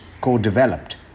co-developed